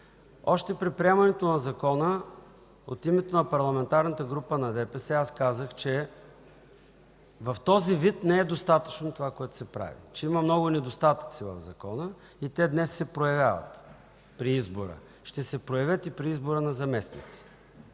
Още при приемането на Закона от името на Парламентарната група на ДПС аз казах, че в този вид не е достатъчно това, което се прави, че има много недостатъци в Закона и те днес се проявяват при избора, ще се проявяват и при избор на заместници.